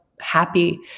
happy